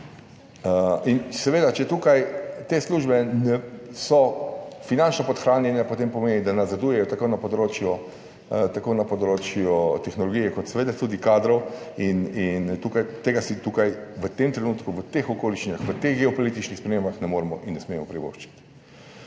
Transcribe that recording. do zlorab. Če so te službe finančno podhranjene, potem pomeni, da nazadujejo tako na področju tehnologije kot seveda tudi kadrov, in tega si tukaj v tem trenutku, v teh okoliščinah, v teh geopolitičnih spremembah ne moremo in ne smemo privoščiti.